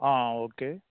आं ओके